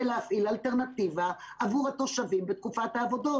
להפעיל אלטרנטיבה עבור התושבים בתקופת העבודות.